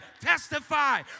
Testify